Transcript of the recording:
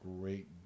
great